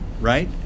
right